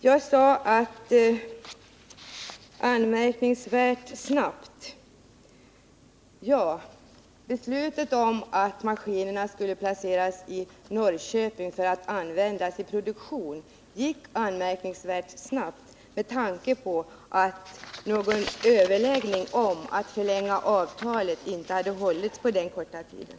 Jag har sagt att beslutet om att maskinerna skulle placeras i Norrköping för att användas i produktionen gick ”anmärkningsvärt snabbt” med tanke på att någon överläggning om att förlänga avtalet inte hade hållits på den korta tiden.